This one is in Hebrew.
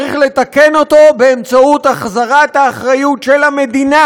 צריך לתקן אותו באמצעות החזרת האחריות של המדינה